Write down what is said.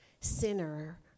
sinner